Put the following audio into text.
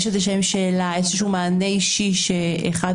יש שאלה, יש מענה אישי שאחד